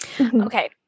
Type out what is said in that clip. Okay